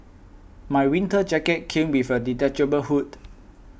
my winter jacket came with a detachable hood